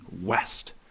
West